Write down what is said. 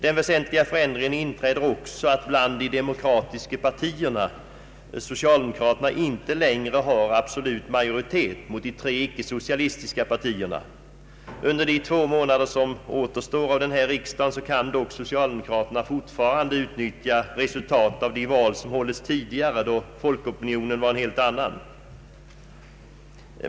Den väsentliga förändringen inträder också att bland de demokratiska partierna socialdemokraterna inte längre har absolut majoritet mot de tre icke socialistiska partierna. Under de två månader som återstår av denna riksdag kan dock socialdemokraterna fortfarande utnyttja resultatet av de val som hållits tidigare då folkopinionen var en helt annan.